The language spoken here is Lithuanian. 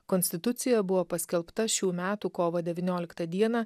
konstitucija buvo paskelbta šių metų kovo devynioliktą dieną